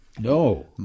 No